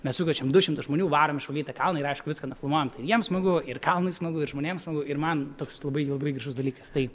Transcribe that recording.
mes sukviečiam du šimtus žmonių varom išvalyt tą kalną ir aišku viską nufilmuojam tai ir jiem smagu ir kalnui smagu ir žmonėms ir man toks labai labai gražus dalykas tai